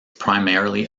primarily